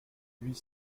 huit